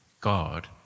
God